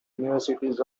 universities